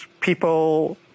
people